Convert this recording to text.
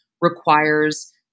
requires